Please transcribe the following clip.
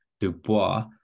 Dubois